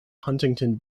huntington